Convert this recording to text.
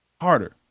harder